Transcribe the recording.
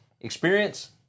Experience